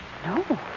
No